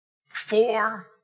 four